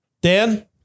Dan